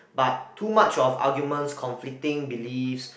but too much of arguments conflicting beliefs